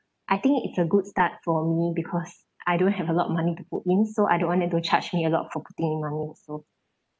I think it's a good start for me because I don't have a lot of money to put in so I don't want them to charge me a lot for putting in money also